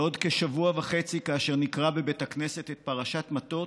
בעוד כשבוע וחצי, כאשר נקרא את פרשת מטות,